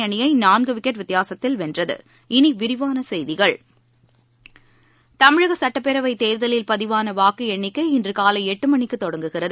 அணியை நான்கு விக்கெட் வித்தியாசத்தில் வென்றது இனி விரிவான செய்திகள் தமிழக சட்டப்பேரவை தேர்தலில் பதிவான வாக்கு எண்ணிக்கை இன்று காலை எட்டு மணிக்கு தொடங்குகிறது